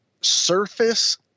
Surface